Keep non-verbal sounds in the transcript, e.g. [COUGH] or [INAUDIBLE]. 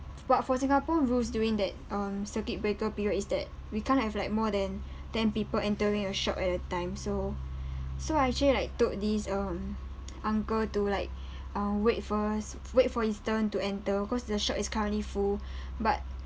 but for singapore rules during that um circuit breaker period is that we can't have like more than [BREATH] ten people entering a shop at a time so so I actually like told this um uncle to like [BREATH] um wait first wait for his turn to enter cause the shop is currently full [BREATH] but